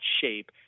shape